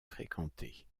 fréquentée